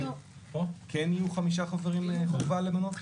אז כן יהיו חמישה חברים שחובה למנות?